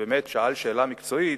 שבאמת שאל שאלה מקצועית,